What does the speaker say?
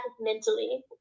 mentally